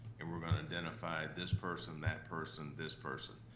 and we're gonna identify this person, that person, this person.